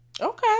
Okay